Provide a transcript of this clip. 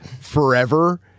forever